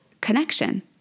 connection